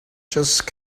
just